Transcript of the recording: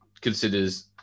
considers